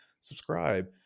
subscribe